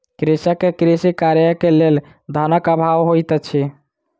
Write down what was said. कृषक के कृषि कार्य के लेल धनक अभाव होइत अछि